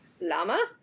Llama